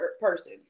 person